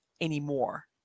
anymore